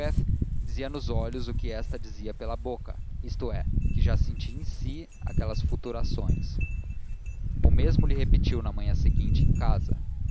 dizia nos olhos o que esta dizia pela boca isto é que já sentia em si aquelas futurações o mesmo lhe repetiu na manhã seguinte em casa